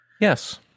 Yes